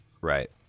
Right